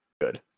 Good